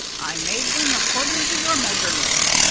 i made them according to your measurements,